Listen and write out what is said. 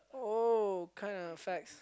oh kind of affects